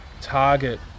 target